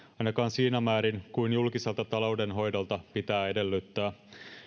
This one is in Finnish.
ainakaan siinä määrin kuin julkiselta taloudenhoidolta pitää edellyttää